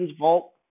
vault